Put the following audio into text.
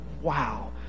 wow